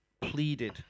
pleaded